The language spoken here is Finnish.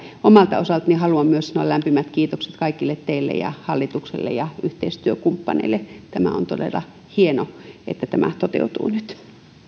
omalta osaltani haluan myös sanoa lämpimät kiitokset kaikille teille ja hallitukselle ja yhteistyökumppaneille on todella hienoa että tämä toteutuu nyt